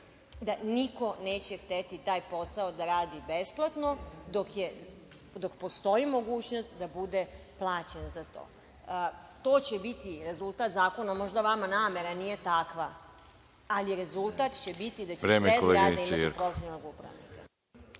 da niko neće hteti taj posao da radi besplatno dok postoji mogućnost da bude plaćen za to. To će biti rezultat zakona. Možda namera vama nije takva, ali rezultat će biti da će sve zgrade imati profesionalnog upravnika.